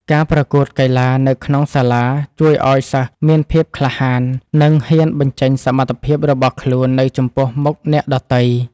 ការប្រកួតកីឡានៅក្នុងសាលាជួយឱ្យសិស្សមានភាពក្លាហាននិងហ៊ានបញ្ចេញសមត្ថភាពរបស់ខ្លួននៅចំពោះមុខអ្នកដទៃ។